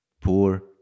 poor